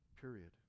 Period